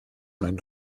meinen